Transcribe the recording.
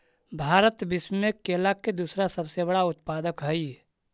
भारत विश्व में केला के दूसरा सबसे बड़ा उत्पादक हई